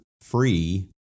free